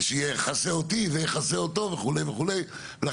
שיכסה אותו ויכסה אותו וכו' וכו'.